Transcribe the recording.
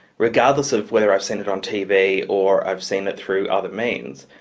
regardless of whether i've seen it on tv or i've seen it through other means,